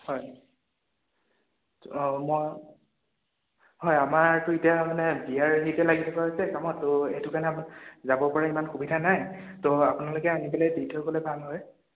হয় অঁ মই হয় আমাৰটো এতিয়া মানে বিয়াৰ হেৰিতে লাগি থকা হৈছে কামত ত' এইটো কাৰণে যাব পৰা ইমান সুবিধা নাই ত' আপোনালোকে আহি পেলাই দি থৈ গ'লে ভাল হয়